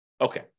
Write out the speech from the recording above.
Okay